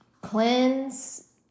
cleanse